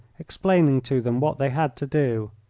explaining to them what they had to do.